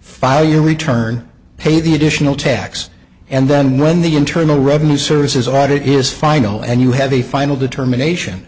file your return pay the additional tax and then when the internal revenue service is audit is final and you have a final determination